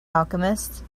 alchemist